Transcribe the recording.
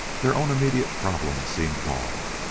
their own immediate problem seemed gone.